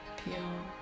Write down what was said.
pure